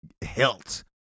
hilt